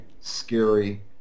scary